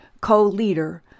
co-leader